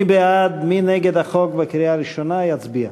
מי בעד ומי נגד החוק בקריאה ראשונה, יצביע.